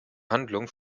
handlung